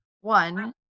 One